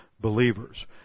believers